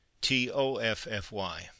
T-O-F-F-Y